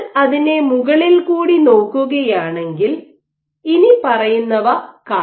നിങ്ങൾ അതിനെ മുകളിൽ കൂടി നോക്കുകയാണെങ്കിൽ ഇനിപ്പറയുന്നവ കാണാം